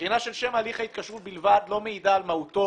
בחינה של שם הליך ההתקשרות בלבד לא מעידה על מהותו